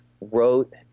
wrote